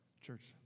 Church